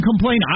complain